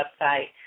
website